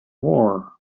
war